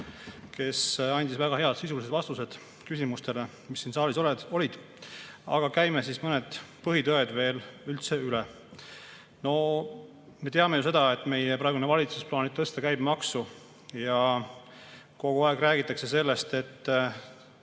kes andis väga head sisulised vastused küsimustele, mis siin saalis olid, aga käime siis mõned põhitõed veel üle. Me teame ju seda, et meie praegune valitsus plaanib tõsta käibemaksu. Kogu aeg räägitakse sellest ja